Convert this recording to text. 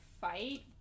fight